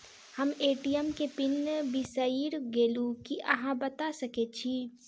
हम ए.टी.एम केँ पिन बिसईर गेलू की अहाँ बता सकैत छी?